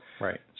right